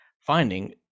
finding